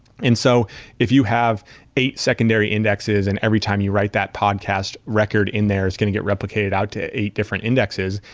and so if you have eight secondary indexes, and every time you write that podcast record in there is going to get replicated out to eight different indexes,